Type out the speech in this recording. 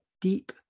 deep